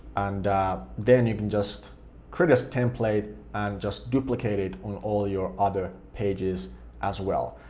and then you can just create as template and just duplicate it on all your other pages as well.